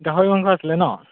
গাহৰি মাংস আছিলে নহ্